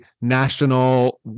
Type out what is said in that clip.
national